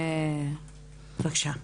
בבקשה.